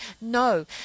no